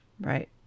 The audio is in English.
Right